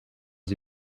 sie